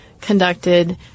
conducted